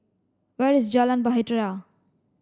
where is Jalan Bahtera